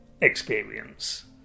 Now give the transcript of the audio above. experience